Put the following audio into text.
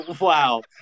Wow